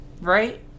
Right